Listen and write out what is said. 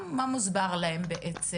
מה מוסבר להם בעצם?